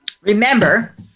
Remember